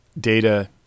data